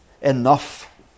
enough